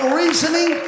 reasoning